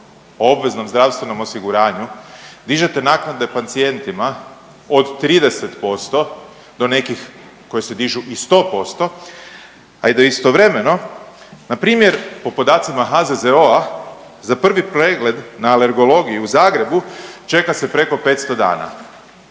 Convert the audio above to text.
o obveznom zdravstvenom osiguranju dižete naknade pacijentima od 30% do nekih koje se dižu i 100%, a da istovremeno npr. po podacima HZZO-a za prvi pregled na alergologiju u Zagrebu čeka se preko 500 dana,